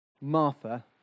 Martha